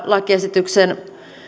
lakiesityksen